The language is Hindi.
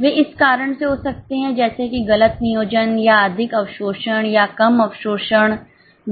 वे इस कारण से हो सकते हैं जैसे कि गलत नियोजन या अधिक अवशोषण या कम अवशोषण